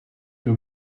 two